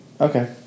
okay